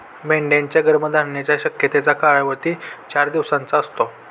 मेंढ्यांच्या गर्भधारणेच्या शक्यतेचा कालावधी चार दिवसांचा असतो